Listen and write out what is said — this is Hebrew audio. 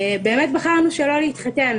באמת בחרנו שלא להתחתן.